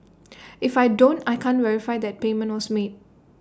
if I don't I can't verify that payment was made